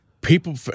people